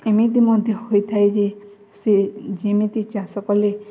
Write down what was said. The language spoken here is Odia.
ଏମିତି ମଧ୍ୟ ହୋଇଥାଏ ଯେ ସେ ଯେମିତି ଚାଷ କଲେ